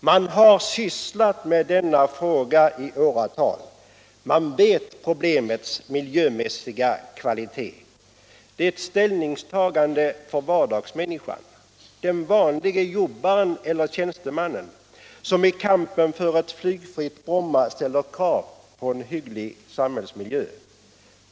Man har sysslat med denna fråga i åratal. Man känner till problemets miljömässiga kvalitet. Det gäller ett ställningstagande för vardagsmänniskan, den vanliga jobbaren eller tjänstemannen som i kampen för eu flygfritt Bromma ställer krav på en hygglig samhällsmiljö.